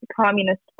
Communist